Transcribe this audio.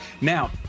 Now